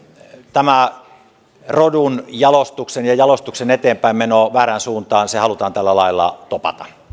tämä rodunjalostuksen ja jalostuksen eteenpäinmeno väärään suuntaan halutaan tällä lailla topata